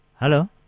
Hello